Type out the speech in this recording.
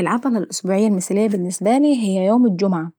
العطلة الأسبوعية المثالية بالنسبة لاي هي يوم الجمعة.